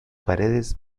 paredes